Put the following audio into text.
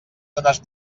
zones